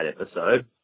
episode